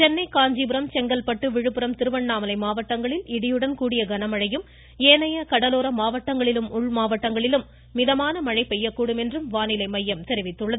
சென்னை காஞ்சிபுரம் செங்கல்பட்டு விழுப்புரம் திருவண்ணாமலை மாவட்டங்களில் இடியுடன் கூடிய கனமழையும் ஏனைய கடலோர மாவட்டங்களிலும் உள் மாவட்டங்களிலும் மிதமான மழையும் பெய்யக்கூடும் என்றும் வானிலை மையம் தெரிவித்துள்ளது